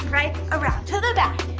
right, around, to the back,